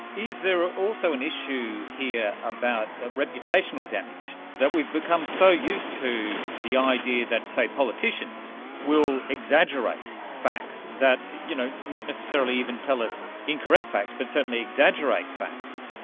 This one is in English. is there also an issue here about reputational damage? that we've become so used to the idea that, say, politicians will exaggerate facts, and you know not necessarily even tell us incorrect facts but certainly exaggerate facts,